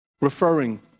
referring